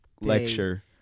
lecture